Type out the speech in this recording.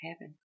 heaven